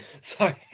sorry